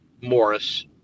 Morris